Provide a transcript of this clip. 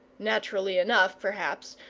naturally enough, perhaps,